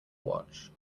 watch